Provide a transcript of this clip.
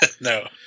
No